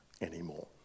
anymore